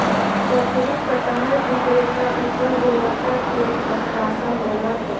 शफरी कटहर विक्रेता उत्तम गुणवत्ता के आश्वासन देलक